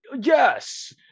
Yes